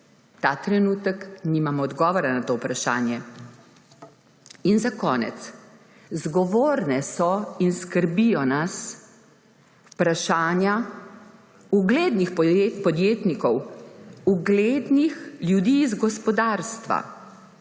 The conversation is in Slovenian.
Ta trenutek nimam odgovora na to vprašanje. In za konec. Zgovorna so in skrbijo nas vprašanja uglednih podjetnikov, uglednih ljudi iz gospodarstva,